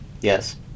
Yes